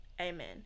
amen